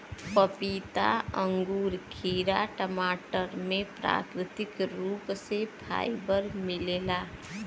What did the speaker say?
पपीता अंगूर खीरा टमाटर में प्राकृतिक रूप से फाइबर मिलेला